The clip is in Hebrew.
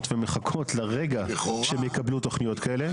ומחכות לרגע שהם יקבלו תוכניות כאלה.